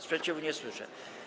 Sprzeciwu nie słyszę.